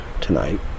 tonight